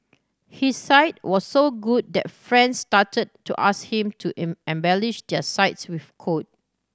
his site was so good that friends started to ask him to embellish their sites with code